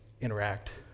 interact